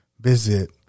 visit